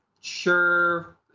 sure